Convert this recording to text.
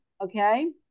okay